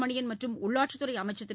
மனியன் மற்றும் உள்ளாட்சித்துறை அமைச்சர் திரு